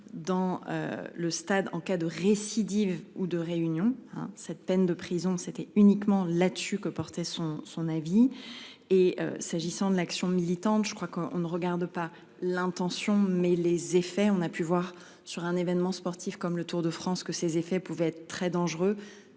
dans. Le stade en cas de récidive ou de réunions hein. Cette peine de prison. C'était uniquement dessus que portait son son avis. Et s'agissant de l'action militante. Je crois qu'on on ne regarde pas l'intention. Mais les effets, on a pu voir sur un événement sportifs comme le Tour de France que ses effets pouvait être très dangereux,